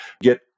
get